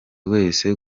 wese